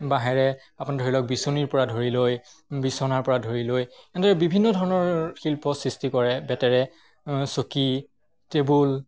বাঁহেৰে আপোনাৰ ধৰি লওক বিচনিৰপৰা ধৰি লৈ বিচনাৰপৰা ধৰি লৈ এনেদৰে বিভিন্ন ধৰণৰ শিল্প সৃষ্টি কৰে বেতেৰে চকী টেবুল